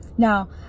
Now